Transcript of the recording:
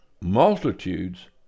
multitudes